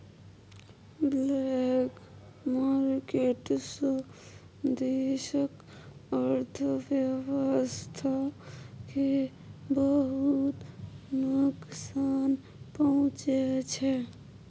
black market सँ देशक अर्थव्यवस्था केँ बहुत नोकसान पहुँचै छै